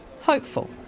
hopeful